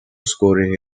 scoring